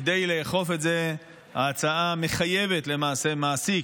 כדי לאכוף את זה ההצעה למעשה מחייבת את המעסיק